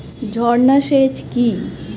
ঝর্না সেচ কি?